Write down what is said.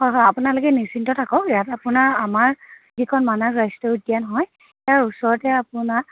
হয় হয় আপোনালোকে নিশ্চিন্ত থাকক ইয়াত আপোনাৰ আমাৰ যিখন মানস ৰাষ্ট্ৰীয় উদ্যান হয় তাৰ ওচৰতে আপোনাক